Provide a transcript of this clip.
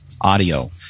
audio